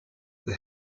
the